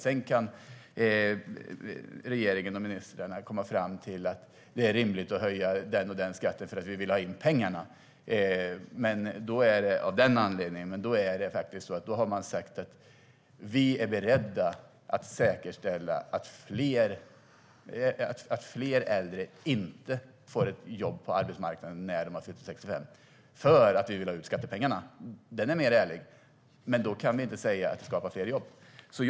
Sedan kan regeringen och ministern komma fram till att det är rimligt att höja den ena eller den andra skatten för att man vill ha in pengarna, men då är det av den anledningen man gör det och då ska man säga att man är beredd på att färre äldre får ett jobb när de har fyllt 65 år och inte att det skapar fler jobb. Det är mer ärligt.